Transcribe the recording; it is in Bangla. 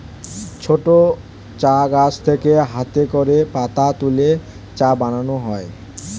ছোট চা গাছ থেকে হাতে করে পাতা তুলে চা বানানো হয়